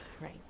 Right